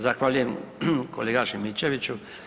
Zahvaljujem kolega Šimičeviću.